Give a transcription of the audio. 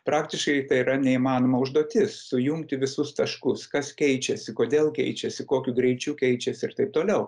praktiškai tai yra neįmanoma užduotis sujungti visus taškus kas keičiasi kodėl keičiasi kokiu greičiu keičiasi ir taip toliau